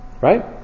right